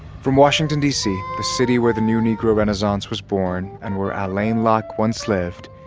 from washington, d c, the city where the new negro renaissance was born and where alain locke once lived,